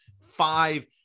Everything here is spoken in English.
five